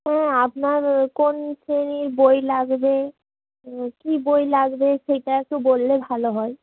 হ্যাঁ আপনার কোন শ্রেণীর বই লাগবে কী বই লাগবে সেইটা একটু বললে ভালো হয়